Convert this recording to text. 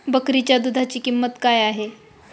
बकरीच्या दूधाची किंमत काय आहे?